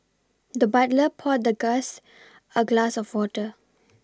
the butler poured the gass a glass of water